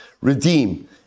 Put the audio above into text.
Redeem